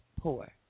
poor